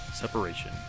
separation